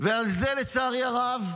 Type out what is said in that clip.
ועל זה, לצערי הרב,